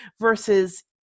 versus